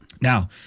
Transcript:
Now